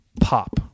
pop